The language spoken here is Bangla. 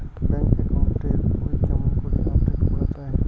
ব্যাংক একাউন্ট এর বই কেমন করি আপডেট করা য়ায়?